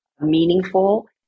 meaningful